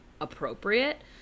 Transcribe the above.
appropriate